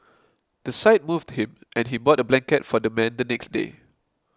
the sight moved him and he bought a blanket for the man the next day